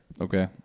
okay